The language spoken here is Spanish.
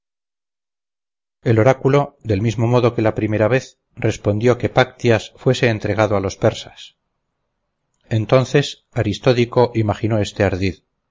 el oráculo del mismo modo que la primera vez respondió que páctyas fuese entregado a los persas entonces aristódico imaginó este ardid